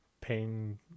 paying